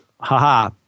haha